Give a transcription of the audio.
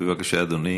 בבקשה, אדוני.